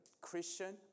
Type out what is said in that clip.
Christian